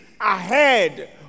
ahead